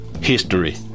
history